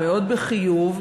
מאוד בחיוב,